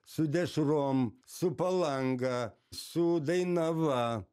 su dešrom su palanga su dainava